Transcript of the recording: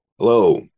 Hello